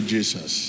Jesus